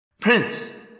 Prince